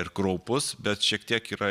ir kraupus bet šiek tiek yra